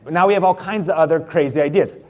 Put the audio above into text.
now we have all kinds of other crazy ideas.